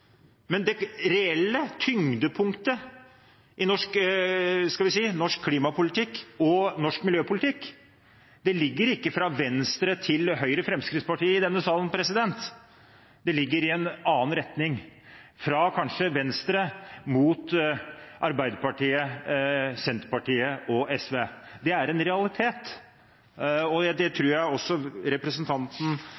men det reelle tyngdepunktet i norsk klimapolitikk og norsk miljøpolitikk ligger ikke fra Venstre til Høyre/Fremskrittspartiet i denne salen. Det ligger i en annen retning, fra kanskje Venstre mot Arbeiderpartiet, Senterpartiet og SV. Det er en realitet, og det tror jeg også at representanten